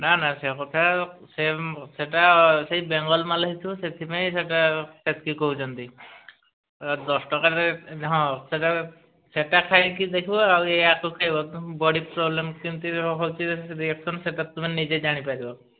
ନାଁ ନାଁ ସେ ହୋଟେଲ୍ ସେମ୍ ସେଇଟା ସେଇ ବେଙ୍ଗଲ୍ ମାଲ୍ ହୋଇଥିବ ସେଥିପାଇଁ ସେଇଟା ସେତକି କହୁଛନ୍ତି ଦଶ ଟଙ୍କାରେ ହଁ ସେଇଟା ସେଇଟା ଖାଇକି ଦେଖିବ ଆଉ ଏ ଆକୁ ଖାଇବ ତମକୁ ବଡ଼ି ପ୍ରୋବ୍ଲେମ୍ କେମିତି ହେଉଛି ରିଆକ୍ସନ୍ ସେଇଟା ତୁମେ ନିଜେ ଜାଣି ପାରିବ